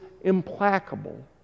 implacable